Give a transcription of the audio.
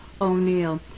O'Neill